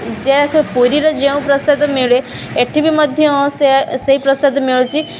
ଯେହେତୁ ପୁରୀରେ ଯେଉଁ ପ୍ରସାଦ ମିଳେ ଏଠି ବି ମଧ୍ୟ ସେଇ ପ୍ରସାଦ ମିଳୁଛି